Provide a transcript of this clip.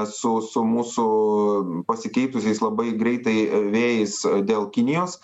su su mūsų pasikeitusiais labai greitai vėjais dėl kinijos